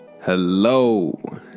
hello